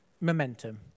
momentum